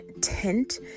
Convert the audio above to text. tint